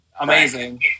amazing